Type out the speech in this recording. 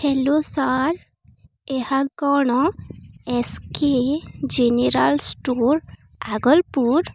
hello sir ଏହା କ'ଣ S K general store Agalpur